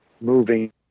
moving